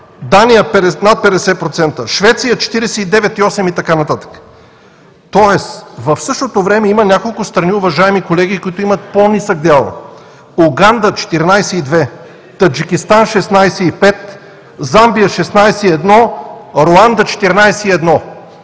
Дания с над 50%, Швеция – 49,8%, и така нататък. В същото време има няколко страни, уважаеми колеги, които имат по-нисък дял: Уганда – 14,2%, Таджикистан – 16,5%, Замбия – 16,1%, Руанда – 14,1%.